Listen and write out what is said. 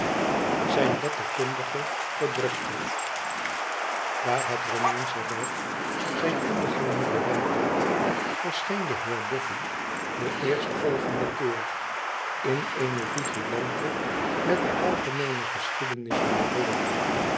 zijn letterkundige verdrukte daar het romeinsche rijk zijn ondergang nu bewerkt had verscheen de heer bofhn den eerstvolgendcn keer in eene vigilante met de algemeene geschiedenis van